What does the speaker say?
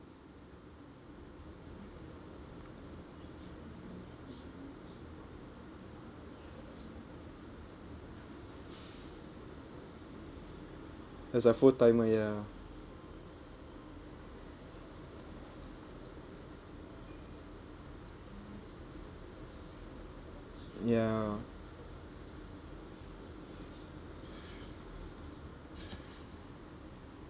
as a full-timer ya ya